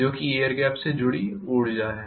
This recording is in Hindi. जो कि एयर गेप से जुडी ऊर्जा है